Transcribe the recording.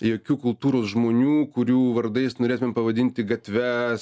jokių kultūros žmonių kurių vardais norėtumėm pavadinti gatves